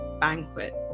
banquet